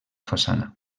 façana